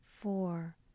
four